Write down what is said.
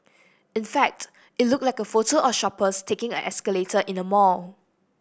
in fact it looked like a photo of shoppers taking an escalator in a mall